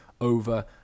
over